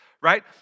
Right